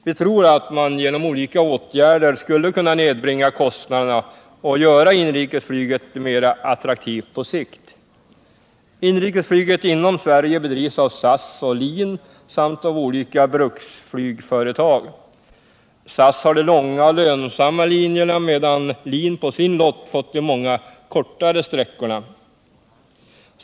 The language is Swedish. Vi tror att man genom olika åtgärder skulle kunna nedbringa kostnaderna och göra inrikesflyget mer attraktivt på sikt. Inrikesflyget inom Sverige bedrivs av SAS och LIN samt av olika bruksflygsföretag. SAS har de långa och lönsamma linjerna, medan LIN på sin lott fått de många kortare sträckorna.